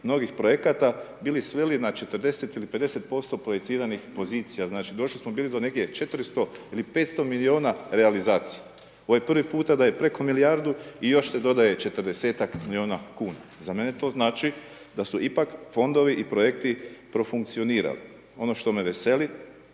novih projekata bili sveli na 40 ili 50% projiciranih pozicija znači došli smo bili do negdje 400 ili 500 miliona realizacije ovo je prvi puta da je preko milijardu i još se dodaje 40-tak miliona kuna. Za mene to znači da su ipak fondovi i projekti profunkcionirali, ono što me veseli